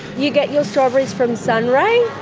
you get your strawberries from sunray,